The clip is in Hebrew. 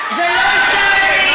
ובעזה, אדוני השר,